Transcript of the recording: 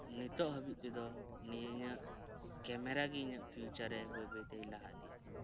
ᱱᱤᱛᱳᱜ ᱦᱟᱵᱤᱡ ᱛᱮᱫᱚ ᱱᱤᱣᱟᱹ ᱤᱧᱟᱹᱜ ᱠᱮᱢᱮᱨᱟᱜᱮ ᱤᱧᱟᱹᱜ ᱯᱷᱭᱩᱪᱟᱨᱮ ᱵᱟᱹᱭ ᱵᱟᱹᱭᱛᱮᱭ ᱞᱟᱦᱟ ᱤᱫᱤᱛᱤᱧᱟᱹ